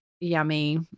yummy